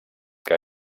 que